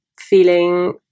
feeling